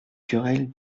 querelles